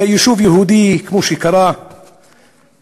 יישוב יהודי, כמו שקרה באום-אלחיראן,